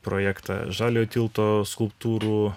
projektą žaliojo tilto skulptūrų